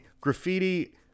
graffiti